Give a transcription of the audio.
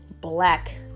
black